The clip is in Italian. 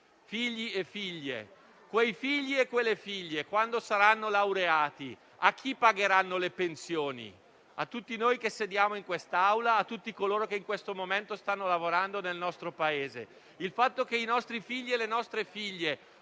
una domanda: quei figli e quelle figlie, quando saranno laureati, a chi pagheranno le pensioni? A tutti noi che sediamo in quest'Aula, a tutti coloro che in questo momento stanno lavorando nel nostro Paese. Il fatto che i nostri figli e le nostre figlie